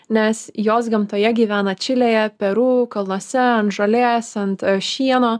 nes jos gamtoje gyvena čilėje peru kalnuose ant žolės ant šieno